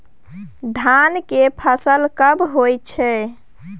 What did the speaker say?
धान के फसल कब होय छै?